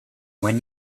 when